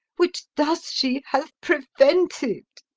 which thus she hath prevented.